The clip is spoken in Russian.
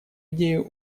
идею